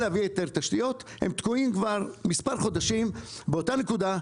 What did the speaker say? הם תקועים מזה מספר חודשים באותה הנקודה,